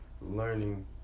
learning